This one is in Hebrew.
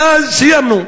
ואז, סיימנו.